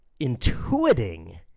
intuiting